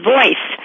Voice